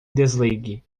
desligue